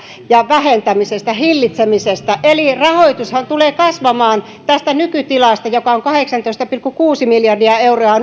ja vähentämisestä hillitsemisestä eli rahoitushan tulee kasvamaan tästä nykytilasta joka on kahdeksantoista pilkku kuusi miljardia euroa